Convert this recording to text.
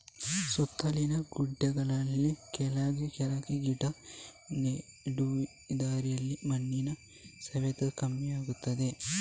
ಸುತ್ತಲಿನ ಗುಡ್ಡೆಗಳಲ್ಲಿ ಕೆಳಗೆ ಕೆಳಗೆ ಗಿಡ ನೆಡುದರಿಂದ ಮಣ್ಣಿನ ಸವೆತ ಕಮ್ಮಿ ಆಗ್ತದೆ